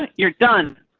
ah you're done.